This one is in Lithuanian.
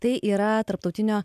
tai yra tarptautinio